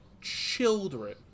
children